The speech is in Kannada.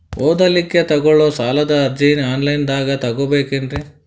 ಓದಲಿಕ್ಕೆ ತಗೊಳ್ಳೋ ಸಾಲದ ಅರ್ಜಿ ಆನ್ಲೈನ್ದಾಗ ತಗೊಬೇಕೇನ್ರಿ?